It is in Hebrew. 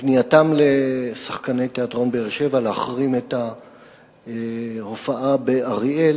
פנייתם לשחקני תיאטרון באר-שבע להחרים את ההופעה באריאל